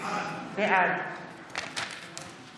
בעד